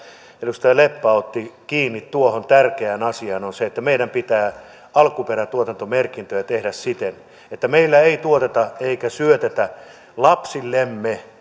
edustaja leppä otti kiinni tuohon tärkeään asiaan on todettava se että meidän pitää alkuperätuotantomerkintöjä tehdä siten että meillä ei tuoteta eikä syötetä lapsillemme